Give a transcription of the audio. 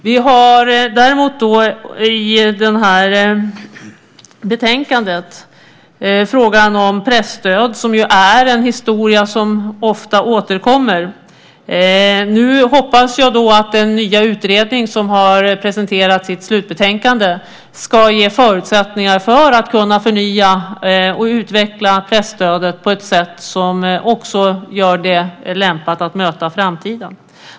Vi har vidare i betänkandet frågan om presstöd, som är en historia som ofta återkommer. Nu hoppas jag att den nya utredning som har presenterat sitt slutbetänkande ska ge förutsättningar för att kunna förnya och utveckla presstödet på ett sätt som gör det lämpat att möta framtiden.